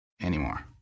Anymore